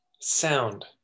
sound